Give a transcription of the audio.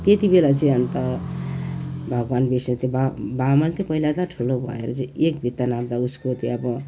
त्यति बेला चाहिँ अन्त भगवान विष्णु त्यो वा वामन त पहिला त्यही ठुलो भएर चाहिँ एक भित्ता नाप्दा उसको त्यो अब